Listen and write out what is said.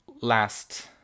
last